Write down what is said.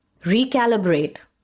recalibrate